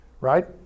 right